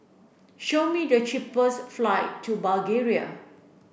show me the cheapest flight to Bulgaria